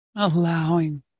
Allowing